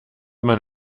man